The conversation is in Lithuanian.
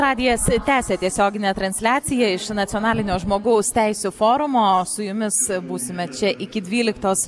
radijas tęsia tiesioginę transliaciją iš nacionalinio žmogaus teisių forumo su jumis būsime čia iki dvyliktos